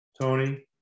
Tony